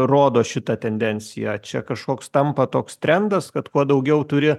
rodo šita tendencija čia kažkoks tampa toks trendas kad kuo daugiau turi